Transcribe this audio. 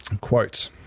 Quote